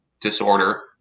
disorder